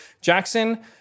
Jackson